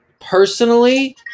Personally